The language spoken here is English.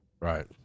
Right